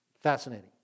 Fascinating